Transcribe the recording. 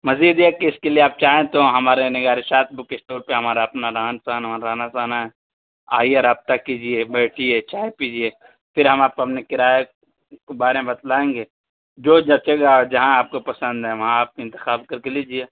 مزید یہ کہ اس کے لیے آپ چاہیں تو ہمارے یہاں نگارشات بک اسٹور پہ ہمارا اپنا رہن سہن اور رہنا سہنا ہے آئیے رابطہ کیجیے بیٹھیے چائے پیجیے پھر ہم آپ کو اپنے کرایے کے بارے میں بتلائیں گے جو جچے گا جہاں آپ کو پسند ہے وہاں انتخاب کرکے لیجیے